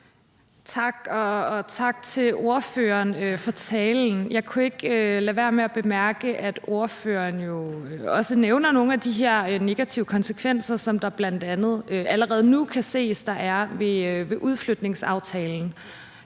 Tak, og tak til ordføreren for talen. Jeg kunne ikke lade være med at bemærke, at ordføreren også nævner nogle af de her negative konsekvenser, der allerede nu kan ses der er ved udflytningsaftalen,